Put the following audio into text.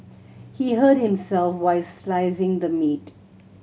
he hurt himself while slicing the meat